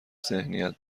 ذهنیت